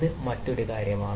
ഇത് മറ്റൊരു കാര്യമാണ്